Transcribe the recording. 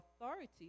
authority